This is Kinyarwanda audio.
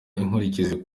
inkurikizi